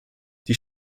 die